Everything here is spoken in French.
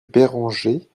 bérenger